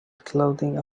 clothing